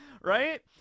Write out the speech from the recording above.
right